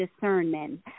discernment